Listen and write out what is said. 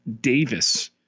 Davis